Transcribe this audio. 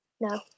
No